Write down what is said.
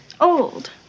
Old